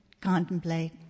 contemplate